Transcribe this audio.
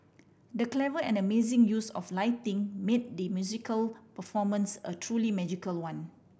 the clever and amazing use of lighting made the musical performance a truly magical one